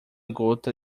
gota